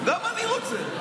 גם אני רוצה.